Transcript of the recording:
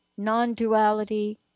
non-duality